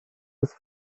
bis